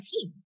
team